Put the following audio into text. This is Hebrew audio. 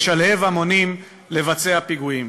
לשלהב המונים לבצע פיגועים".